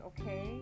okay